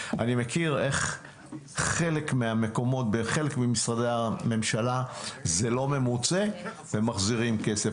אני מכיר איך בחלק ממשרדי הממשלה התקציב לא ממוצה ומחזירים כסף.